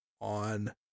on